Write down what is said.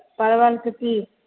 परवलके तीस